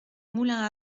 moulin